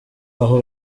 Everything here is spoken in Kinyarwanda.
aho